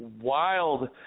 wild